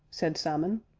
said simon,